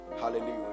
hallelujah